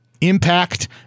Impact